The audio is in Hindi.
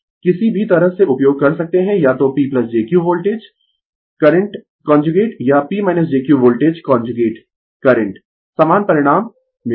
किसी भी तरह से उपयोग कर सकते है या तो P jQ voltage current conjugate या P jQ voltage conjugate current समान परिणाम मिलेगा